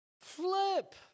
Flip